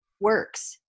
works